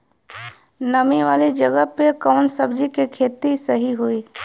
नामी वाले जगह पे कवन सब्जी के खेती सही होई?